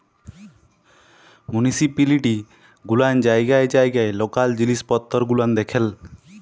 municipality গুলান জায়গায় জায়গায় লকাল জিলিস পত্তর গুলান দেখেল